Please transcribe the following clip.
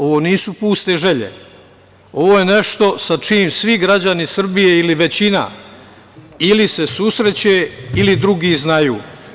Ovo nisu puste želje, ovo je nešto sa čim svi građani Srbije, ili većina, ili se susreće ili drugi znaju.